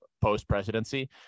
post-presidency